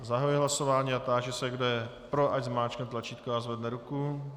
Zahajuji hlasování a táži se, kdo je pro návrh, ať zmáčkne tlačítko a zvedne ruku.